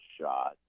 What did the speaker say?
shot